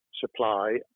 supply